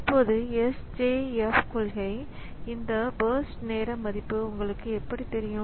இப்போது SJF கொள்கை இந்த பர்ஸ்ட் நேர மதிப்பு உங்களுக்கு எப்படி தெரியும்